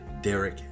Derek